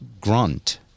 grunt